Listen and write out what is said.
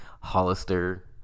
Hollister